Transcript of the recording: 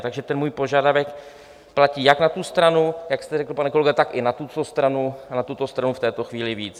Takže ten můj požadavek platí jak na tu stranu, jak jste řekl, pane kolego, tak i na tuto stranu, a na tuto stranu v této chvíli víc.